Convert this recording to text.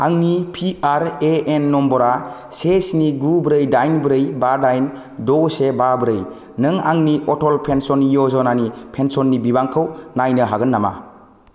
आंनि P R A N नम्बरा से स्नि गु ब्रै दाइन ब्रै बा दाइन द' से बा ब्रै नों आंनि अटल पेन्सन य'जना नि पेन्सननि बिबांखौ नायनो हागोन नामा